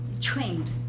trained